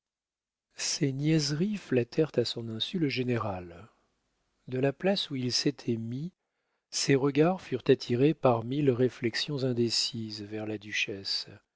ces niaiseries flattèrent à son insu le général de la place où il s'était mis ses regards furent attirés par mille réflexions indécises vers la duchesse